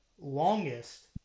longest